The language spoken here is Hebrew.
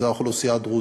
זו האוכלוסייה הדרוזית.